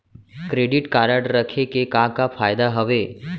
Credit card रखे के का का फायदा हवे?